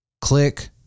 click